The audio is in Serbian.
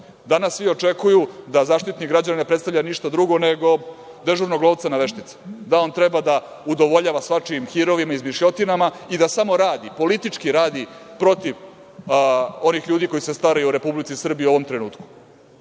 danas svi očekuju da Zaštitnik građana ne predstavlja ništa drugo, nego dežurnog lovca na veštice, da on treba da udovoljava svačijim hirovima, izmišljotinama i da samo radi, politički radi protiv onih ljudi koji se staraju o Republici Srbiji u ovom trenutku. Jel